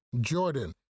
Jordan